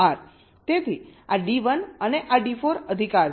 તેથી આ D1 અને આ D4 અધિકાર છે